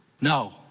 No